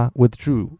withdrew